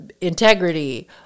integrity